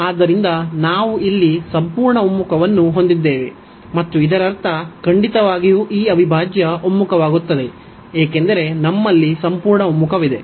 ಆದ್ದರಿಂದ ನಾವು ಇಲ್ಲಿ ಸಂಪೂರ್ಣ ಒಮ್ಮುಖವನ್ನು ಹೊಂದಿದ್ದೇವೆ ಮತ್ತು ಇದರರ್ಥ ಖಂಡಿತವಾಗಿಯೂ ಈ ಅವಿಭಾಜ್ಯ ಒಮ್ಮುಖವಾಗುತ್ತದೆ ಏಕೆಂದರೆ ನಮ್ಮಲ್ಲಿ ಸಂಪೂರ್ಣ ಒಮ್ಮುಖವಿದೆ